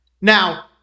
Now